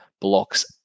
blocks